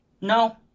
No